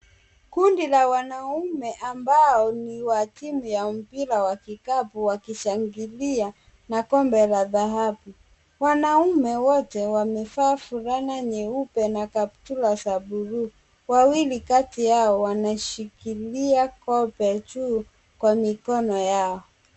Kundi la wanaume ambao ni wa timu ya mpira wa kikapu wakishangilia na kombe la dhahabu. Wanaume wote wamevaa fulana nyeupe na kaptula za bluu. Wawili kati yao wanashikilia kombe juu kwa mikono yao.